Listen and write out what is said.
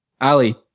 Ali